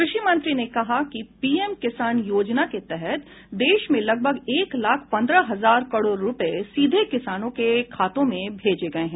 कृषि मंत्री ने कहा कि पीएम किसान योजना के तहत देश में लगभग एक लाख पन्द्रह हजार करोड़ रुपये सीधे किसानों के खातों में भेजे गए हैं